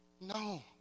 No